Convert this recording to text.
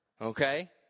Okay